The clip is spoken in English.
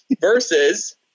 versus